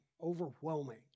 overwhelming